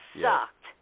sucked